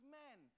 men